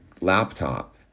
laptop